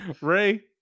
Ray